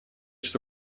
что